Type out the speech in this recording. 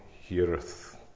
heareth